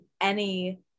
any-